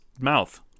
mouth